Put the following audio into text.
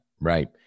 Right